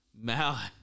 Mal